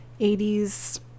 80s